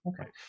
Okay